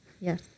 Yes